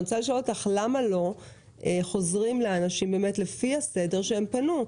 אני רוצה לשאול אותך למה לא חוזרים לאנשים לפי הסדר שהם פנו.